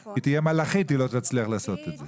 אז גם אם היא תהיה מלאכית היא לא תצליח לעשות את זה.